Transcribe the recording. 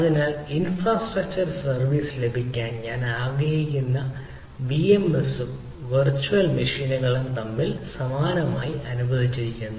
അതിനാൽ infrastructure service ലഭിക്കാൻ ഞാൻ ആഗ്രഹിക്കുന്ന വിഎംഎസും വെർച്വൽ മെഷീനുകളും സമാനമായി അനുവദിച്ചിരിക്കുന്നു